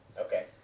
okay